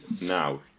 now